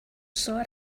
sore